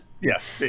yes